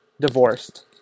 Divorced